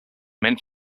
meant